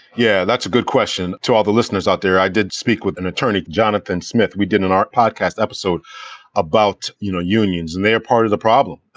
yeah, that's a good question to all the listeners out there. i did speak with an attorney, jonathan smith. we did an art podcast episode about you know unions, and they're part of the problem.